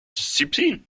disziplin